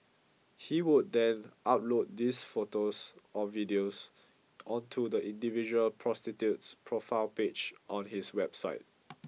he would then upload these photos or videos onto the individual prostitute's profile page on his website